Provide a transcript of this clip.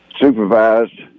supervised